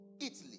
Italy